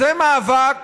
זה מאבק,